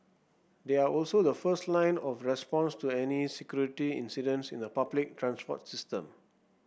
they are also the first line of response to any security incidents in the public transport system